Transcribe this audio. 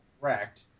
correct